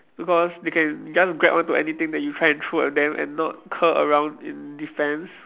because they can just grab onto anything that you try and throw at them and not curl around in defense